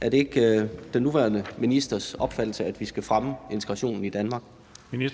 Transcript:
Er det ikke den nuværende ministers opfattelse, at vi skal fremme integrationen i Danmark? Kl.